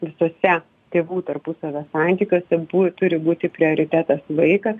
visose tėvų tarpusavio santykiuose bu turi būti prioritetas vaikas